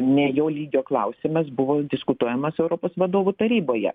ne jo lygio klausimas buvo diskutuojamas europos vadovų taryboje